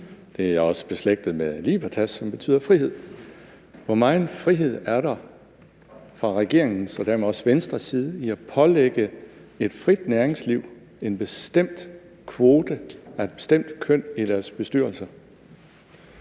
Det er også beslægtet med »libertas«, som betyder frihed. Hvor meget frihed er der fra regeringens og dermed også Venstres side i at pålægge et frit næringsliv en bestemt kvote af et bestemt køn i deres bestyrelser?